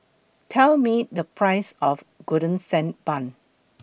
Tell Me The Price of Golden Sand Bun